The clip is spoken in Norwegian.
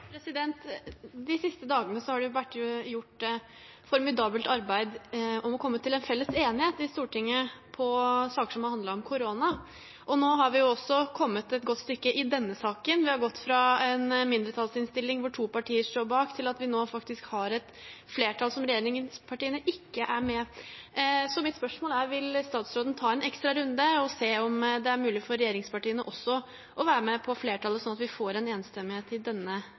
regjeringen. De siste dagene har det vært gjort et formidabelt arbeid for å komme til en felles enighet i Stortinget om saker som har handlet om korona. Nå har vi også kommet et godt stykke i denne saken – vi har gått fra en mindretallsinnstilling som to partier står bak, til nå faktisk å ha et flertall der regjeringspartiene ikke er med. Så mitt spørsmål er: Vil statsråden ta en ekstra runde og se om det er mulig for regjeringspartiene også å være med, slik at vi får en enstemmighet